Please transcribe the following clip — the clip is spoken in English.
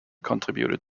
contributed